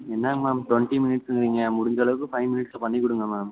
என்னங்க ma'am twenty மினிட்ஸுங்கிறிங்க முடிஞ்சளவுக்கு ஃபைவ் மினிட்ஸில் பண்ணி கொடுங்க மேம்